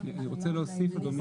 אני רוצה להוסיף, אדוני.